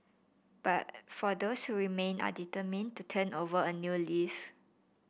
but for those who remain are determined to turn over a new leaf